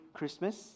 Christmas